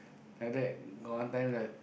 after that got one time the